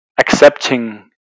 accepting